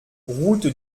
route